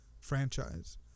franchise